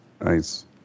Nice